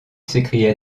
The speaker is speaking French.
s’écria